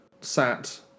sat